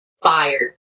Fire